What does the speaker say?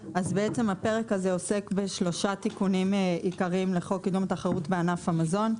הפרק הזה עוסק בשלושה תיקונים עיקריים לחוק קידום התחרות בענף המזון.